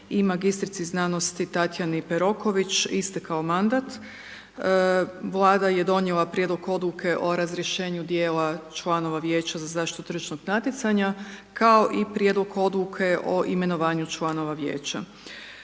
i magistrici znanosti Tatjani Peroković, istekao mandat, Vlada je donijela Prijedlog Odluke o razrješenju dijela članova Vijeća za zaštitu tržišnog natjecanja, kao i Prijedlog Odluke o imenovanju članova Vijeća.